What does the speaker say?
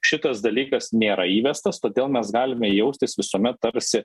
šitas dalykas nėra įvestas todėl mes galime jaustis visuomet tarsi